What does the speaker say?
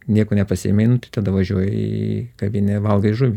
nieko nepasiėmei nu tai tada važiuoji į kavinę valgai žuvį